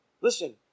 listen